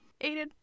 Aiden